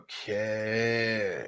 Okay